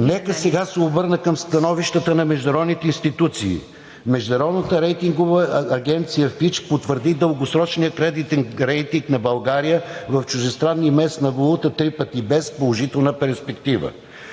Нека сега се обърна към становищата на международните институции. Международната рейтингова агенция „Фич“ потвърди дългосрочния кредитен рейтинг на България в чуждестранна и местна валута BBB с положителна перспектива.